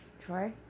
Troy